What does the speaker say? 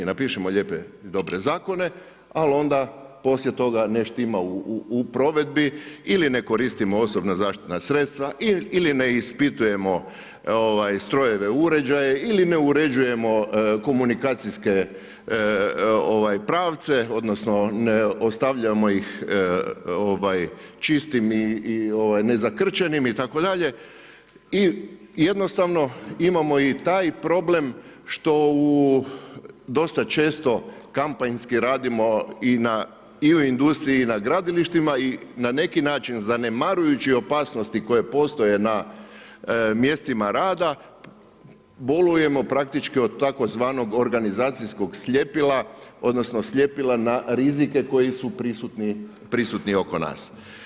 Napišemo lijepe i dobre zakone, ali onda poslije toga ne štima u provedbi ili ne koristimo osobna zaštitna sredstva ili ne ispitujemo strojeve, uređaje ili ne uređujemo komunikacijske pravce odnosno ostavljamo ih čistim i ne zakrčenim itd., i jednostavno imamo i taj problem što dosta često kampanjski radimo i na industriji na gradilištima i na neki način zanemarujući opasnosti koje postoje na mjestima rada, bolujemo praktički od tzv. organizacijskog sljepila odnosno slijepila na rizike koji su prisutni oko nas.